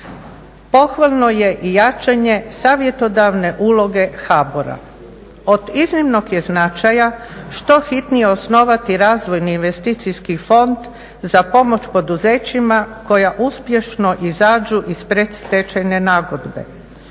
Pohvalno je i jačanje savjetodavne uloge HBOR-a. Od iznimnog je značaja što hitnije osnovati Razvojni investicijski fond za pomoć poduzećima koja uspješno izađu iz predstečajne nagodbe.